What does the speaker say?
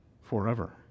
forever